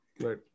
Right